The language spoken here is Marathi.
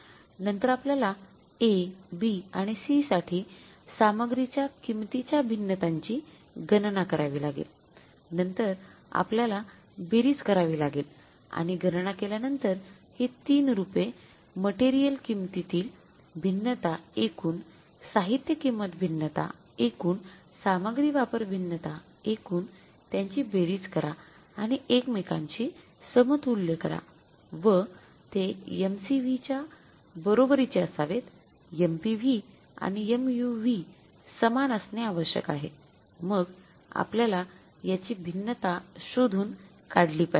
नंतर आपल्याला A B आणि C साठी सामग्री च्या किंमतींच्या भिन्नतांची गणना करावी लागेलनंतर आपल्याला बेरीज करावी लागेल आणि गणना केल्यानंतर ही तीन रूपे मटेरियल किंमती तील भिन्नता एकूण साहित्य किंमत भिन्नता एकूण सामग्री वापर भिन्नता एकूण त्यांची बेरीज करा आणि एकमेकांशी समतुल्य करा व ते MCV च्या बरोबरीचे असावेत MPV आणि MUV समान असणे आवश्यक आहे मग आपल्याला याची भिन्नता शोधून काढली पाहिजेत